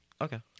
Okay